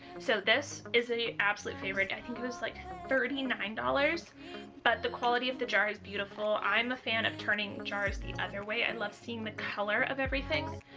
so this is an absolute favourite, i think it was like thirty nine dollars but the quality of the jar is beautiful. i'm a fan of turning jars the other way, i love seeing the colour of everything.